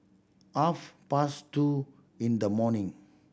half past two in the morning